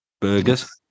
burgers